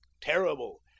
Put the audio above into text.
terrible